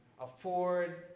afford